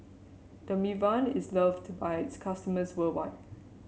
Dermaveen is loved by its customers worldwide